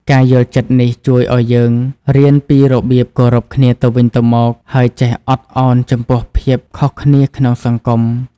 ការយល់ចិត្តនេះជួយឲ្យយើងរៀនពីរបៀបគោរពគ្នាទៅវិញទៅមក ហើយចេះអត់អោនចំពោះភាពខុសគ្នាក្នុងសង្គម។